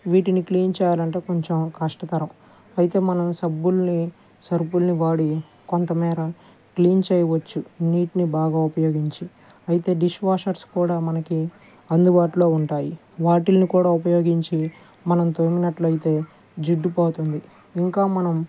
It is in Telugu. వీటిని క్లీన్ చేయాలి అంటే కొంచెం కష్టతరం అయితే మనం సబ్బుల్ని సర్ఫుల్ని వాడి కొంతమేర క్లీన్ చేయవచ్చు నీటిని బాగా ఉపయోగించి అయితే డిష్ వాషర్స్ కూడా మనకి అందుబాటులో ఉంటాయి వాటిల్ని కూడా ఉపయోగించి మనం తోమినట్లు అయితే జిడ్డు పోతుంది ఇంకా మనం